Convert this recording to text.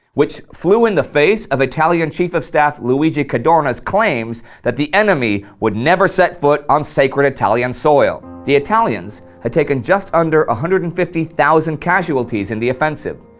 which flew in the face of italian chief of staff luigi cadorna's claims that the enemy would never set foot on sacred italian soil. the italians had taken just under one hundred and fifty thousand casualties in the offensive,